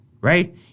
right